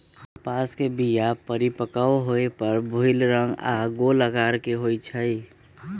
कपास के बीया परिपक्व होय पर भूइल रंग आऽ गोल अकार के होइ छइ